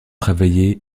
travaillée